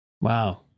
Wow